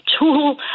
tool